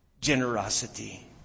generosity